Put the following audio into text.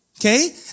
Okay